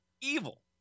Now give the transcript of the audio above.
Evil